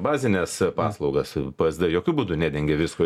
bazines paslaugas psd jokiu būdu nedengia visko